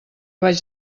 vaig